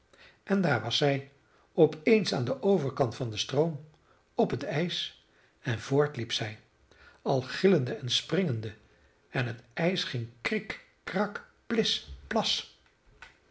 en daar was zij op eens aan den overkant van den stroom op het ijs en voort liep zij al gillende en springende en het ijs ging krik krak plis plas